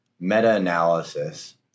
meta-analysis